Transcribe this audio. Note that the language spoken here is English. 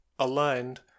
aligned